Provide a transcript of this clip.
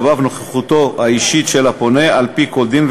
נוכחותו האישית של הפונה על-פי כל דין,